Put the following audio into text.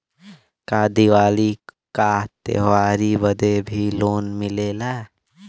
का दिवाली का त्योहारी बदे भी लोन मिलेला?